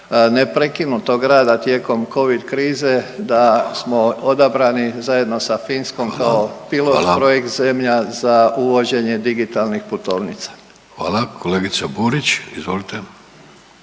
neprekinutog rada tijekom covid krize da smo odabrani zajedno sa Finskom kao pilot projekt zemlja za uvođenje digitalnih putovnica. **Vidović, Davorko